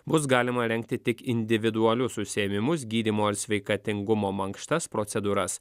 bus galima rengti tik individualius užsiėmimus gydymo ir sveikatingumo mankštas procedūras